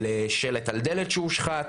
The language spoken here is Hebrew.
על שלט על דלת שהושחת,